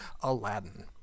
Aladdin